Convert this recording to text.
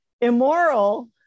Immoral